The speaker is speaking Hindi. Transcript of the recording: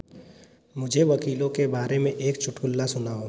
मुझे वकीलों के बारे में एक चुटकुला सुनाओ